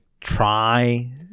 try